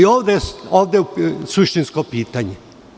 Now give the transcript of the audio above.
Ovde je suštinsko pitanje.